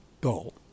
goal